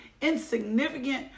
insignificant